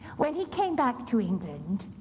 when he came back to england,